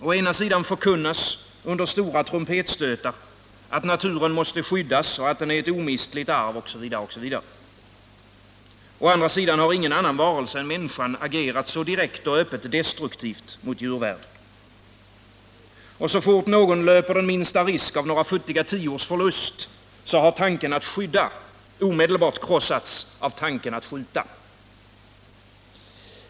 Å ena sidan förkunnas under stora trumpetstötar att naturen måste skyddas, att den är ett omistligt arv osv. Å andra sidan har ingen annan varelse än människan agerat så direkt och öppet destruktivt mot djurvärlden. Och så fort någon löper den minsta risk av några futtiga tiors förlust, så har tanken att skydda omedelbart krossats av tanken att skjuta.